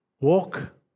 walk